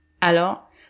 Alors